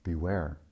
Beware